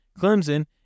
Clemson